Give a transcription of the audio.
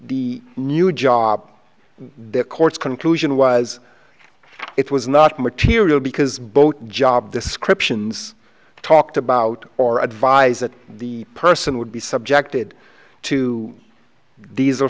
the new job the courts conclusion was it was not material because both job descriptions talked about or advised that the person would be subjected to these